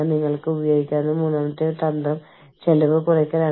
അതിനാൽ നിങ്ങൾ എങ്ങനെയാണ് അത് കണക്കിലെടുക്കുക